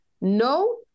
no